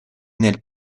nel